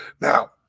Now